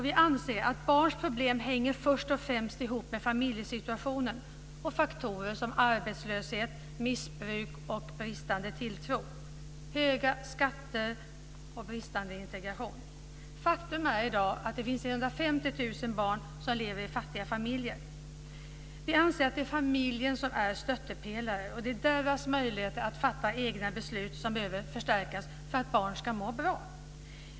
Vi anser att barns problem först och främst hänger ihop med familjesituationen och faktorer som arbetslöshet, missbruk, bristande tilltro, höga skatter och bristande integration. Faktum är att det i dag finns 150 000 barn som lever i fattiga familjer. Vi anser att det är familjen som är stöttepelare, och det är deras möjlighet att fatta egna beslut som behöver förstärkas för att barn ska må bra.